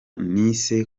nise